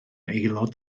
aelod